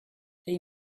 they